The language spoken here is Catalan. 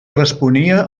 responia